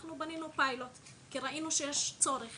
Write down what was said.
אנחנו בנינו פיילוט כי ראינו שיש צורך